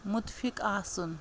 مُتفِِق آسُن